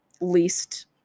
least